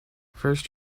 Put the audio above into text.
first